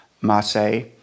Marseille